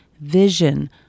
vision